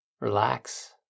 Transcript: relax